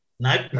Nope